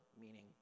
meaning